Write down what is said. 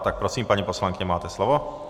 Tak prosím, paní poslankyně, máte slovo.